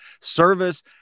service